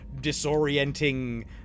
disorienting